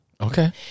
Okay